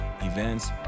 events